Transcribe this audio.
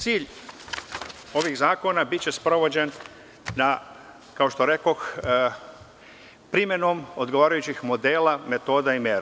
Cilj ovih zakona biće sprovođen, kao što rekoh, primenom odgovarajućih modela, metoda i mera.